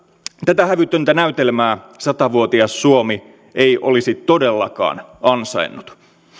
tätä hävytöntä näytelmää sata vuotias suomi ei olisi todellakaan ansainnut